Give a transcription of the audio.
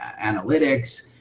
analytics